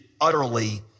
utterly